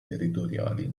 territoriali